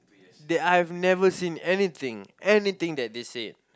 I've never seen anything anything that they said